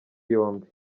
yombi